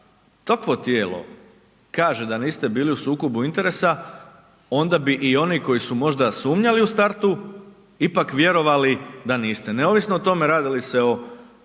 takvo tijelo kaže da niste bili u sukobu interesa, onda bi i oni koji su možda sumnjali u startu ipak vjerovali da niste, neovisno o tome radili se o